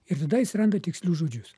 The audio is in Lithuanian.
ir tada jis randa tikslius žodžius